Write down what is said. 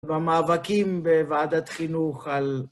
במאבקים בוועדת חינוך על